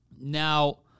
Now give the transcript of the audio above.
Now